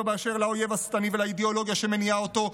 באשר לאויב השטני ולאידיאולוגיה שמניעה אותו,